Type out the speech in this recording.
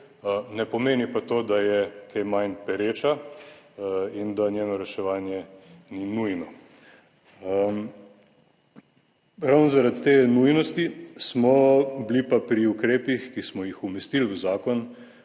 ne pomeni pa to, da je kaj manj pereča in da njeno reševanje ni nujno. Ravno zaradi te nujnosti smo bili pa pri ukrepih, ki smo jih umestili v zakon,